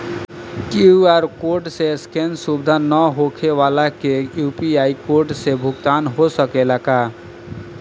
QR code scan सुविधा ना होखे वाला के यू.पी.आई कोड से भुगतान हो सकेला का?